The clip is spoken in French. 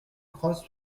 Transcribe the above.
crosse